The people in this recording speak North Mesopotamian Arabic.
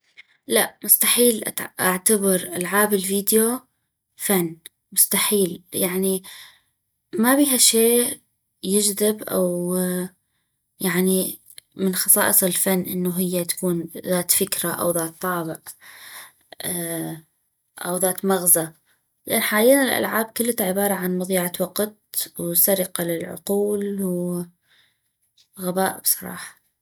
لا مستحيل اعتبر العاب الفيديو فن مستحيل يعني ما بيها شي يجذب ويعني من خصائص الفن انو هيا تكون ذات فكرة او ذات طابع او ذات مغزى لان حاليا الالعاب كلتا عبارة عن مضيعت وقت وسرقة للعقول و غباء بصراحة